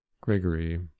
Gregory